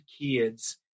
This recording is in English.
kids